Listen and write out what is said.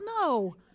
no